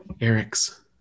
Eric's